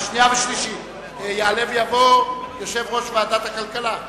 יעלה ויבוא יושב-ראש ועדת הכלכלה.